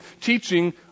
teaching